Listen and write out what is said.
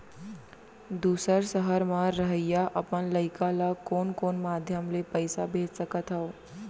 दूसर सहर म रहइया अपन लइका ला कोन कोन माधयम ले पइसा भेज सकत हव?